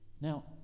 Now